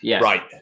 Right